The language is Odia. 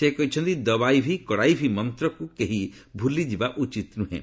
ସେ କହିଛନ୍ତି 'ଦବାଇ ଭି କଡାଇ ଭି' ମନ୍ତକୁ କେହି ଭୁଲିଯିବା ଉଚିତ୍ ନୁହେଁ